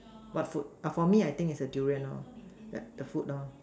what food for me I think is the Durian that the food